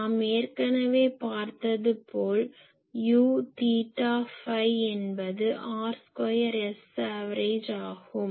நாம் ஏற்கனவே பார்த்தது போல் Uதீட்டா ஃபை என்பது r2 Saverage ஆகும்